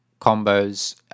combos